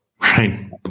Right